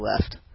left